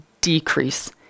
decrease